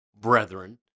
brethren